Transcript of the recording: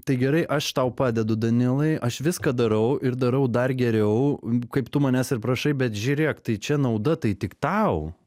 tai gerai aš tau padedu danilai aš viską darau ir darau dar geriau kaip tu manęs ir prašai bet žiūrėk tai čia nauda tai tik tau